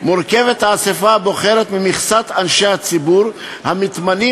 על כך מורכבת האספה הבוחרת ממכסת אנשי הציבור המתמנים